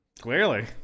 Clearly